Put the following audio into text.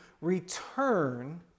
return